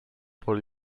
por